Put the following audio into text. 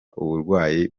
uburwayi